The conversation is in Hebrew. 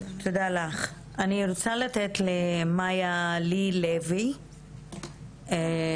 לוי, מהקליניקה לקידום שיוויון הפקולטה למשפטים.